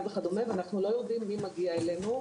ואנחנו לא יודעים מי מגיע אלינו.